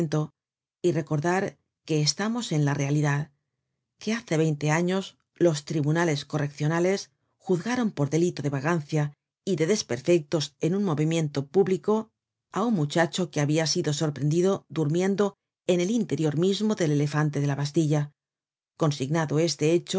y recordar que estamos en la realidad que hace veinte años los tribunales correccionales juzgaron por delito de vagancia y de desperfectos en un monumento pú blico á un muchacho que habia sido sorprendido durmiendo en el interior mismo del elefante de la bastilla consignado este